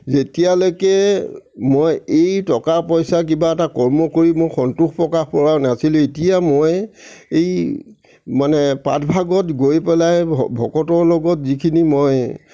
এতিয়ালৈকে মই এই টকা পইচা কিবা এটা কৰ্ম কৰি মই সন্তোষ প্ৰকাশ কৰা নাছিলোঁ এতিয়া মই এই মানে পাঠ ভাগত গৈ পেলাই ভ ভকতৰ লগত যিখিনি মই